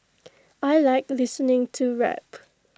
I Like listening to rap